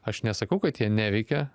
aš nesakau kad jie neveikia